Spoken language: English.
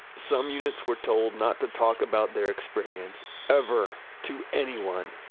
some units were told not to talk about their experience ever to anyone,